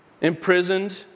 imprisoned